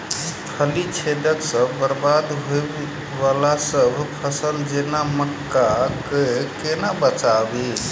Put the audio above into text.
फली छेदक सँ बरबाद होबय वलासभ फसल जेना मक्का कऽ केना बचयब?